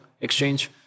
exchange